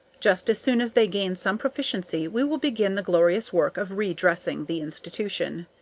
just as soon as they gain some proficiency we will begin the glorious work of redressing the institution.